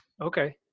Okay